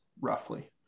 roughly